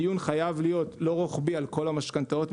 הדיון חייב להיות לא רוחבי על כל המשכנתאות.